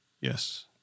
Yes